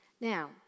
now